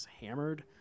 hammered